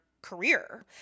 career